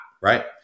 right